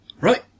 Right